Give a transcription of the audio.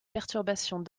perturbations